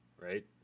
right